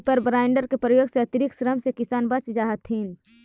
reaper binder के प्रयोग से अतिरिक्त श्रम से किसान बच जा हथिन